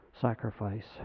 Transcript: sacrifice